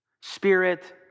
Spirit